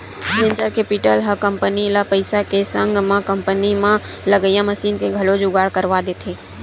venture capital ह company ल पइसा के संग म कंपनी म लगइया मसीन के घलो जुगाड़ करवा देथे